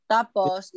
Tapos